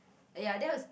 ah ya that was